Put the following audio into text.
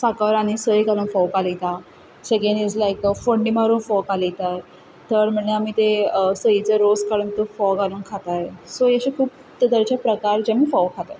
साखर आनी सोय घालून फोव कालयता सेकेंड इज लायक फोड्णी मारून पोव कालयता थर्ड म्हणल्यार आमी ते सोयेचो रोस काडून फोव घालून खाताय सो हेचे खूब तरे तरेचे प्रकारचे आमी फोव खाताय